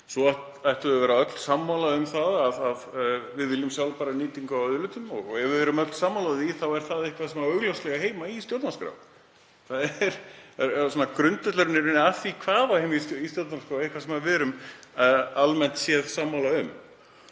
Svo áttum við öll að vera sammála um að vilja sjálfbæra nýtingu á auðlindum, og ef við erum öll sammála því þá er það eitthvað sem á augljóslega heima í stjórnarskrá. Grundvöllurinn að því hvað á heima í stjórnarskrá er eitthvað sem við erum almennt séð sammála um.